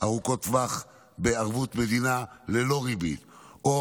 ארוכות טווח בערבות מדינה ללא ריבית או